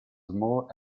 small